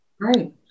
Right